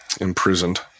imprisoned